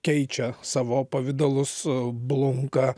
keičia savo pavidalus blunka